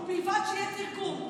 ובלבד שיהיה תרגום.